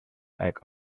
act